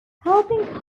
helping